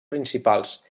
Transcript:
principals